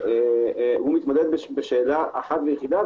הוא מתמודד בשאלה אחת ויחידה,